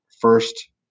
first